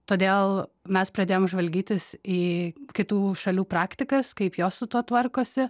todėl mes pradėjom žvalgytis į kitų šalių praktikas kaip jos su tuo tvarkosi